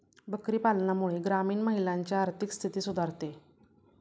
बकरी पालनामुळे ग्रामीण महिलांची आर्थिक स्थिती सुधारते